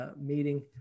meeting